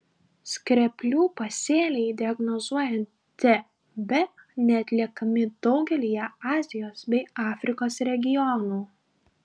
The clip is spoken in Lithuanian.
skreplių pasėliai diagnozuojant tb neatliekami daugelyje azijos bei afrikos regionų